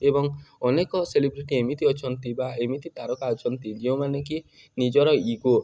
ଏବଂ ଅନେକ ସେଲିବ୍ରିଟି ଏମିତି ଅଛନ୍ତି ବା ଏମିତି ତାରକା ଅଛନ୍ତି ଯେଉଁମାନେ କି ନିଜର ଇଗୋ